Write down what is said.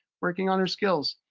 working on their skills.